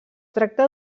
tracta